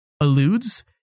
alludes